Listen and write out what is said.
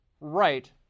right